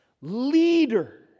leader